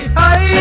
hey